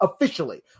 officially